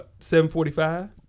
745